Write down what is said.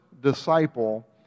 disciple